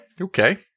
okay